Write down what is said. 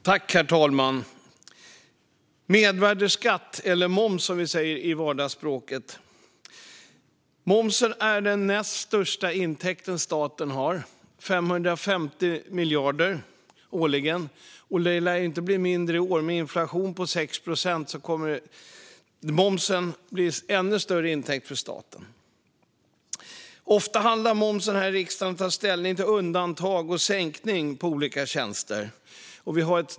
Herr talman! Mervärdesskatt, eller moms som vi säger i vardagsspråket, är den näst största intäkt staten har - 550 miljarder årligen. Den lär inte bli mindre i år. Med en inflation på 6 procent kommer momsen att bli en ännu större intäkt för staten. Här i riksdagen handlar ärenden om moms ofta om att ta ställning till undantag och sänkning av momsen på olika tjänster.